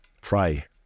Pray